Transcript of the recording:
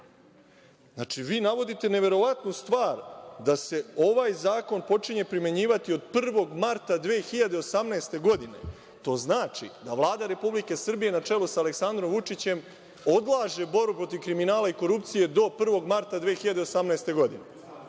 Znači, vi navodite neverovatnu stvar, da se ovaj zakon počinje primenjivati od 1. marta 2018. godine. To znači da Vlada Republike Srbije na čelu sa Aleksandrom Vučićem odlaže borbu protiv kriminala i korupcije do 1. marta 2018. godine,